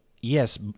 Yes